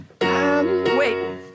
Wait